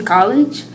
College